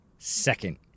Second